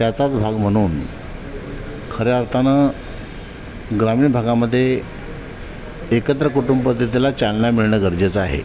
त्याचाच भाग म्हणून खऱ्या अर्थानं ग्रामीण भागामध्ये एकत्र कुटुंबपद्धतीला चालना मिळणं गरजेचं आहे